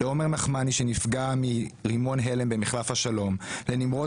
לעומר נחמני שפגע מרימון הלם במחלף השלום לנמרוד